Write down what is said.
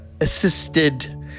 assisted